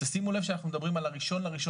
תשימו לב שאנחנו מדברים על ה-1 בינואר